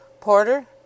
Porter